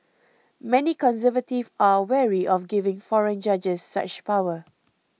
many conservatives are wary of giving foreign judges such power